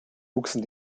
wuchsen